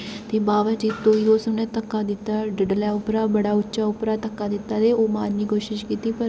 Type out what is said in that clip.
बावा जित्तो गी उसने धक्का दित्ता डडलै उप्परा बड़ा उच्चा धक्का दित्ता ओह् मारने दी कोशश कीती पर